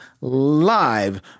live